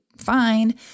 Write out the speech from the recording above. fine